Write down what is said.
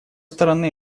стороны